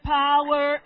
power